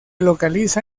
localiza